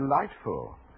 delightful